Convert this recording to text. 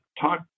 talk